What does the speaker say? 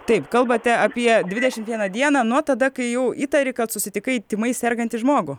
taip kalbate apie dvidešim vieną dieną nuo tada kai jau įtari kad susitikai tymais sergantį žmogų